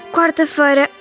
Quarta-feira